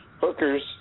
hookers